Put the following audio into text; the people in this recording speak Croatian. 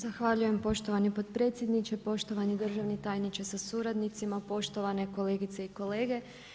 Zahvaljujem poštovani podpredsjedniče, poštovani državni tajniče sa suradnicima, poštovane kolegice i kolege.